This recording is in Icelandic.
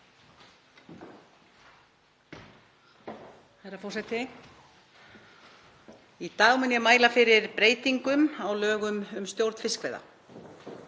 Í dag mun ég mæla fyrir breytingum á lögum um stjórn fiskveiða.